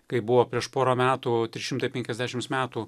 kaip buvo prieš porą metų trys šimtai penkiasdešimts metų